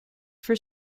for